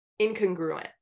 incongruent